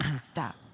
Stop